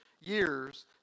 years